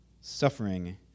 suffering